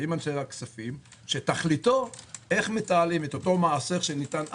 ועם אנשי הכספים שתכליתו איך מתעלים את אותו מה שניתן אז,